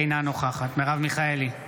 אינה נוכחת מרב מיכאלי,